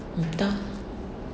entah